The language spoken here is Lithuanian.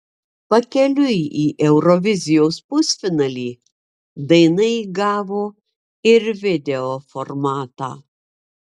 pakeliui į eurovizijos pusfinalį daina įgavo ir video formatą